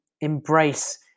embrace